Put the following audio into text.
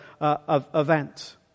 event